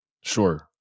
Sure